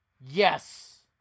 Yes